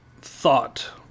thought